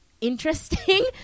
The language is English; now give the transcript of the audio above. interesting